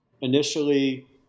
Initially